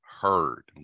heard